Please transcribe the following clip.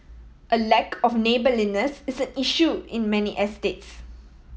a lack of neighbourliness is an issue in many estates